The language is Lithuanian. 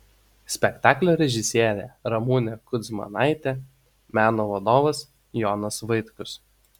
spektaklio režisierė ramunė kudzmanaitė meno vadovas jonas vaitkus